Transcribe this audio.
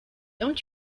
don’t